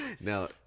Now